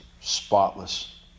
spotless